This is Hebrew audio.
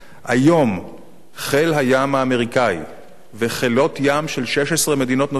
היום חיל הים האמריקני וחילות ים של 16 מדינות נוספות